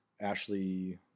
Ashley –